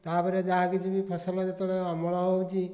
ତା'ପରେ ଯାହା କିଛି ବି ଫସଲ ଯେତେବେଳେ ଅମଳ ହେଉଛି